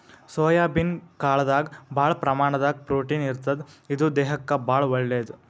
soybean ಕಾಳ್ದಾಗ್ ಭಾಳ್ ಪ್ರಮಾಣದಾಗ್ ಪ್ರೊಟೀನ್ ಇರ್ತದ್ ಇದು ದೇಹಕ್ಕಾ ಭಾಳ್ ಒಳ್ಳೇದ್